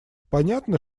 понятно